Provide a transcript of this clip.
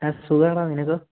ആ സുഖമാണെടാ നിനക്കോ